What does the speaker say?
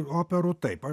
operų taip